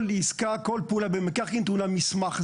כל עסקה, כל פעולה במקרקעין טעונה מסמך.